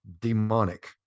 demonic